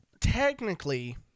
technically